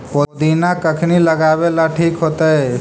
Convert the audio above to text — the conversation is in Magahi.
पुदिना कखिनी लगावेला ठिक होतइ?